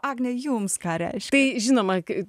agnija jums ką tai žinoma